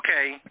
okay